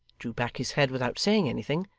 drew back his head without saying anything,